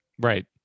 Right